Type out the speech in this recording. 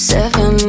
Seven